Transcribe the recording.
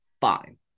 Fine